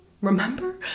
Remember